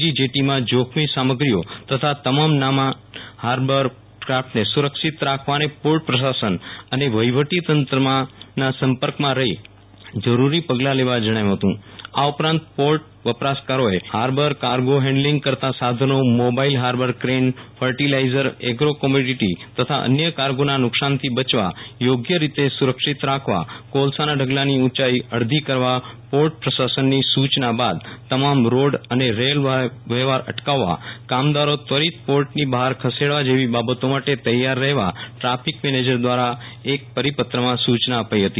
જી જેટીમાં જોખમી સામગ્રીઓ તથા તમામ નાના હાર્બર કાફટને સુ રક્ષિત રાખવા અને પોર્ટ પ્રશાસન અને વહીવટીતંત્રના સંર્પકમાં રહી જરૂરી પગલાં લેવા જણાવ્યું હતું આ ઉપરાંત પોર્ટ વપરાશકારોએ કેનહાર્બરકાર્ગા હેન્ડીંગ કરતા સાધનોમોબાઈલ ફાર્બર કેનફર્ટીલાઈઝરએગ્રો કોમોડીટી તથા અન્ય કાર્ગોના નુ કસાનથી બચવા યોગ્ય રીતે સુ રક્ષિત રાખવાકોલસાના ઢગલાની ઉંચાઈ અડધી કરવા પોર્ટ પ્રશાસનની સૂ યના બાદ તમામ રોડ અને રેલ વ્યવફાર અટકાવવા કામદારો ત્વરિત પોર્ટની બહાર ખસેડવા જેવી બાબતો માટે તૈયાર રહેવા ટ્રાફિક મેનેજર ધ્વારા એક પરિપત્રમાં સૂ યના અપાઈ હતી